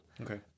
Okay